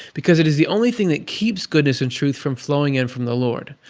because it is the only thing that keeps goodness and truth from flowing in from the lord.